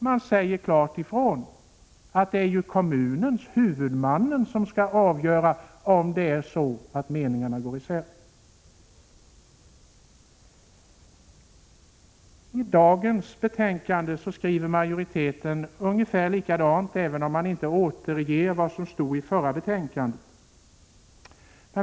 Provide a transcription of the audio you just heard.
Man säger klart ifrån att det är kommunen, huvudmannen, som skall avgöra i de fall meningarna går isär. I dagens betänkande skriver majoriteten ungefär likadant, även om man inte återger vad som stod i det förra betänkandet.